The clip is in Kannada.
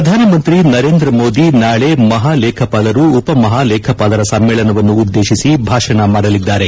ಪ್ರಧಾನಮಂತ್ರಿ ನರೇಂದ್ರ ಮೋದಿ ನಾಳೆ ಮಹಾ ಲೇಖಾಪಾಲರು ಉಪಮಹಾ ಲೇಖಾಪಾಲರ ಸಮ್ನೇಳವನ್ನು ಉದ್ನೇತಿಸಿ ಭಾಷಣ ಮಾಡಲಿದ್ದಾರೆ